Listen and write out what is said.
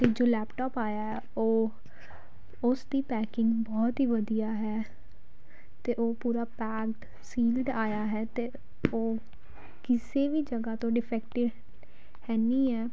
ਅਤੇ ਜੋ ਲੈਪਟਾਪ ਆਇਆ ਉਹ ਉਸ ਦੀ ਪੈਕਿੰਗ ਬਹੁਤ ਹੀ ਵਧੀਆ ਹੈ ਅਤੇ ਉਹ ਪੂਰਾ ਪੈਕਡ ਸੀਲਡ ਆਇਆ ਹੈ ਅਤੇ ਉਹ ਕਿਸੇ ਵੀ ਜਗ੍ਹਾ ਤੋਂ ਡਿਫੈਕਟ ਹੈ ਨਹੀਂ ਹੈ